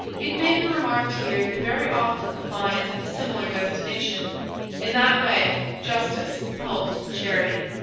it may be remarked here that very often the fines had a similar destination in that way justice helped charity.